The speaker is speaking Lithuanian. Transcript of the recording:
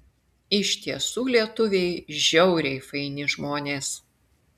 iš tiesų lietuviai žiauriai faini žmonės